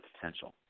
potential